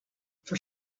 for